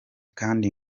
kandi